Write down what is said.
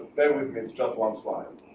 bear with me, it's just one slide.